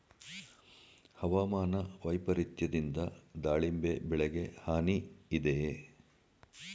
ಹವಾಮಾನ ವೈಪರಿತ್ಯದಿಂದ ದಾಳಿಂಬೆ ಬೆಳೆಗೆ ಹಾನಿ ಇದೆಯೇ?